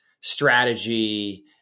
strategy